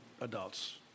adults